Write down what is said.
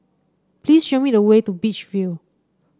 please show me the way to Beach View